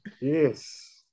Yes